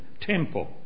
temple